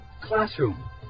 classroom